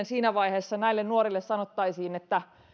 siinä vaiheessa näille nuorille sanoisimme ikään kuin niin että